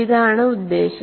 ഇതാണ് ഉദ്ദേശ്യം